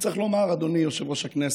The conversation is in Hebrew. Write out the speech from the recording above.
צריך לומר, אדוני יושב-ראש הכנסת,